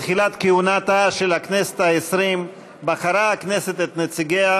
בתחילת כהונתה של הכנסת העשרים בחרה הכנסת את נציגיה